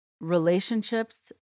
relationships